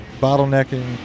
bottlenecking